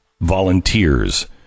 Volunteers